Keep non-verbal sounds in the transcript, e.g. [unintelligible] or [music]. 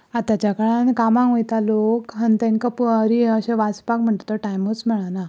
आतांच्या काळांत कामाक वयता लोक आनी तेंकां [unintelligible] वाचपाक म्हणटा तो टायमूच मेळना